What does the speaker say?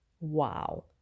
Wow